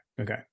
Okay